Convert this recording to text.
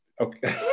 Okay